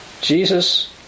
Jesus